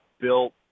built